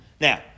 Now